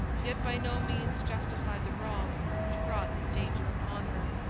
yet by no means justified the wrong which brought this danger upon her.